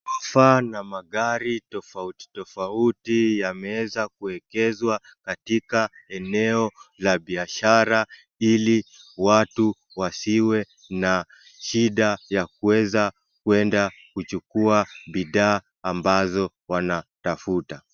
Offer na magari tofauti tofauti yameweza kuwegezwa katika eneo la biashara ili watu wasiwe na shida ya kuweza kwenda kuchukua bidhaa ambazo wanatafuta.